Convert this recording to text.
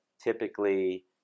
Typically